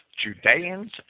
Judeans